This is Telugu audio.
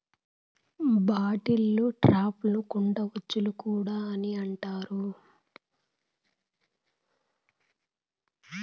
బాటిల్ ట్రాప్లను కుండ ఉచ్చులు అని కూడా అంటారు